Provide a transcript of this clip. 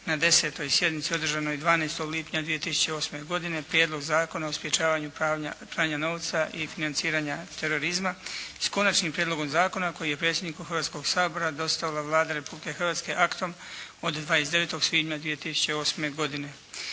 na 10. sjednici održanoj 12. lipnja 2008. godine Prijedlog zakona o sprječavanju pranja novca i financiranja terorizma sa Konačnim prijedlogom zakona koji je predsjedniku Hrvatskoga sabora dostavila Vlada Republike Hrvatske aktom od 29. svibnja 2008. godine.